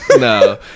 No